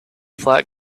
flat